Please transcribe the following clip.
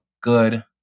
good